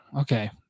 Okay